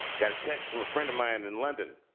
got a text from a friend of mine in london.